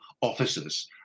officers